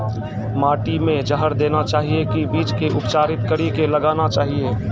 माटी मे जहर देना चाहिए की बीज के उपचारित कड़ी के लगाना चाहिए?